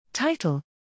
Title